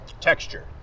texture